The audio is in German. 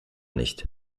nicht